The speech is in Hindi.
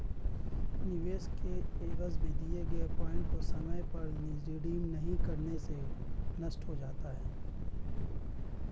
निवेश के एवज में दिए गए पॉइंट को समय पर रिडीम नहीं करने से वह नष्ट हो जाता है